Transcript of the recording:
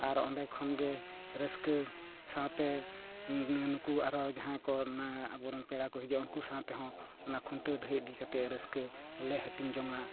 ᱟᱨ ᱚᱸᱰᱮ ᱠᱷᱚᱱ ᱜᱮ ᱨᱟᱹᱥᱠᱟᱹ ᱥᱟᱶᱛᱮ ᱱᱩᱠᱩ ᱟᱨ ᱦᱚᱸ ᱡᱟᱦᱟᱸᱭ ᱠᱚ ᱚᱱᱟ ᱟᱵᱚᱨᱮᱱ ᱯᱮᱲᱟ ᱠᱚ ᱦᱤᱡᱩᱜᱼᱟ ᱩᱱᱠᱩ ᱥᱟᱶ ᱛᱮᱦᱚᱸ ᱚᱱᱟ ᱠᱷᱩᱱᱴᱟᱹᱣ ᱰᱟᱹᱦᱤ ᱤᱫᱤ ᱠᱟᱛᱮᱫ ᱨᱟᱹᱥᱠᱟᱹ ᱞᱮ ᱦᱟᱹᱴᱤᱧ ᱡᱚᱝᱟ